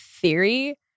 theory